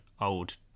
old